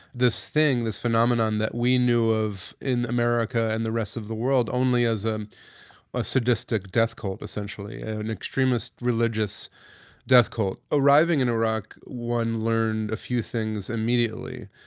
this thing, this phenomenon that we knew of in america and the rest of the world only as um a sadistic death cult, essentially, an extremist religious death cult. arriving in iraq, one learned a few things immediately.